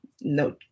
no